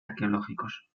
arqueológicos